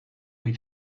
ohi